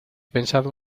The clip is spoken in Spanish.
pensado